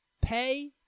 pay